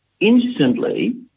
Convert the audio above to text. instantly